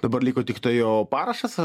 dabar liko tiktai jo parašas